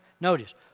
notice